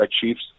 chiefs